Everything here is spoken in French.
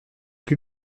plus